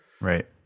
right